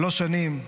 שלוש שנים,